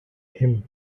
him